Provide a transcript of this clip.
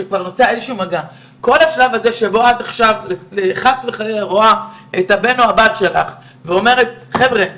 כל השלב כשאת חס וחלילה רואה את הבן או הבת שלך ואומרת: חבר'ה,